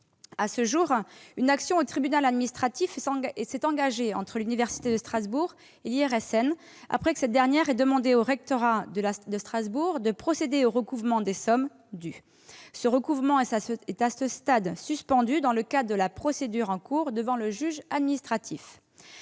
À ce jour, une action devant le tribunal administratif est engagée opposant l'université de Strasbourg et l'IRSN, après que cette dernière ait demandé au rectorat de Strasbourg de procéder au recouvrement des sommes dues. Ce recouvrement est, à ce stade, suspendu dans le cadre de la procédure en cours devant le juge administratif.